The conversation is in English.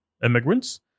immigrants